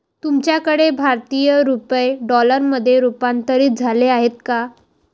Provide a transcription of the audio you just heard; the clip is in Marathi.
तुमच्याकडे भारतीय रुपये डॉलरमध्ये रूपांतरित झाले आहेत का?